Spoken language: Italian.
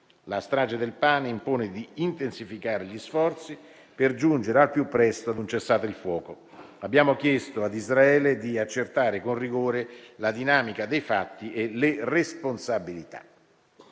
La strage del pane impone di intensificare gli sforzi per giungere al più presto ad un cessate il fuoco. Abbiamo chiesto ad Israele di accertare con rigore la dinamica dei fatti e le responsabilità.